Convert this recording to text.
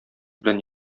белән